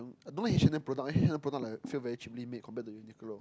I don't like H-and-M product eh H-and-M product like feel very cheaply made compared to Uniqlo